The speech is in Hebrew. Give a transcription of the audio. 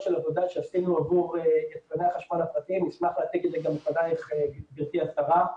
שעשינו עבור יצרני החשמל הפרטיים ונשמח להציג אותה גם בפניך גברתי השרה.